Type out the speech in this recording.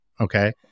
Okay